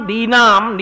Dinam